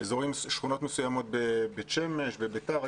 שכונות מסוימות בבית שמש ובביתר,